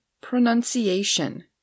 pronunciation